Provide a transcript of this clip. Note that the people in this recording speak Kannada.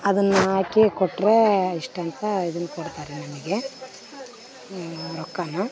ಅದನ್ನ ಹಾಕಿ ಕೊಟ್ಟರೆ ಇಷ್ಟಂತ ಇದನ್ ಕೊಡ್ತಾರೆ ನನಗೆ ರೊಕ್ಕಾನ